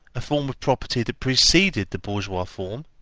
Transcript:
a form of property that preceded the bourgeois form?